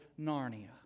Narnia